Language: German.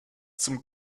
zum